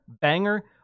banger